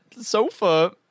sofa